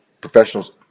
professionals